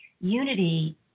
Unity